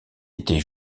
été